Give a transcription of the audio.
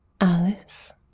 Alice